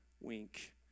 wink